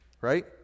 Right